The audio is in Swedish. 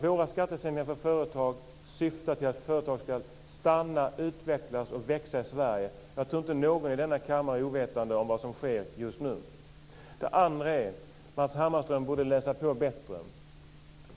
Våra skattesänkningar för företag syftar till att företag ska stanna, utvecklas och växa i Sverige. Jag tror inte att någon i denna kammare är ovetande om vad som sker just nu. Dessutom borde Matz Hammarström läsa på bättre.